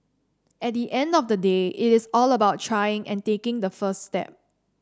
at the end of the day it is all about trying and taking the first step